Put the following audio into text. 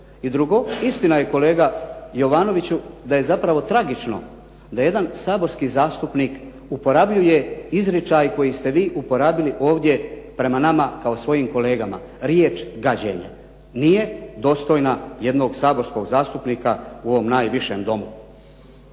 I drugo, istina je kolega Jovanoviću da je zapravo tragično da jedan saborski zastupnik uporabljuje izričaj koji ste vi uporabili ovdje prema nama kao svojim kolegama, riječ gađenje nije dostojna jednog saborskog zastupnika u ovom najvišem Domu.